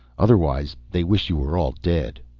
otherwise they wish you were all dead.